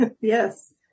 Yes